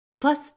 Plus